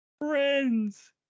Friends